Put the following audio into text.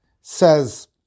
says